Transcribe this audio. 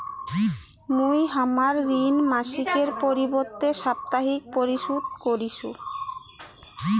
মুই হামার ঋণ মাসিকের পরিবর্তে সাপ্তাহিক পরিশোধ করিসু